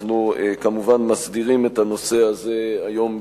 אנחנו כמובן מסדירים את הנושא הזה היום,